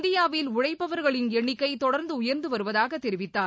இந்தியாவில் உழைப்பவர்களின் எண்ணிக்கை தொடர்ந்து உயர்ந்து வருவதாக தெரிவித்தார்